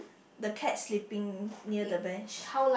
the cat sleeping near the bench